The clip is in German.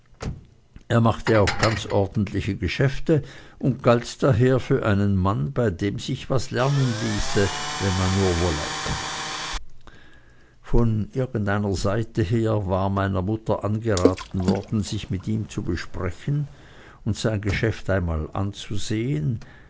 er machte auch ganz ordentliche geschäfte und galt daher für einen mann bei dem sich was lernen ließe wenn man nur wolle von irgendeiner seite her war meiner mutter angeraten worden sich mit ihm zu besprechen und sein geschäft einmal anzusehen